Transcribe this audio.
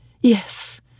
Yes